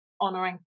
honoring